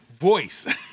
voice